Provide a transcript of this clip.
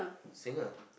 singer